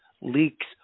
leaks